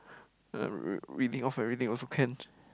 reading off everything also can